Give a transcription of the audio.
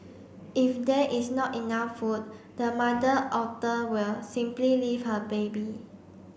if there is not enough food the mother Otter will simply leave her baby